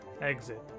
exit